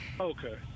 Okay